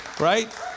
right